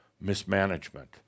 mismanagement